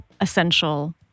essential